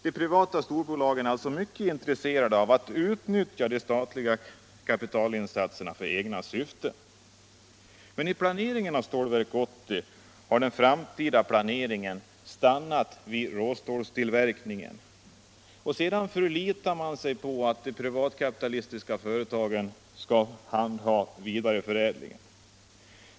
De privata storbolagen är alltså mycket intresserade av att utnyttja de statliga kapitalinsatserna för egna syften. Men i planeringen av Stålverk 80 har den framtida planläggningen stannat vid råstålstillverkningen. Sedan förlitar man sig på att de privatkapitalistiska företagen skall handha vidareförädlingen.